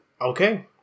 Okay